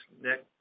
Next